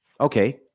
okay